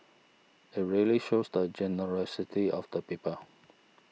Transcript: it really shows the generosity of the people